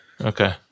Okay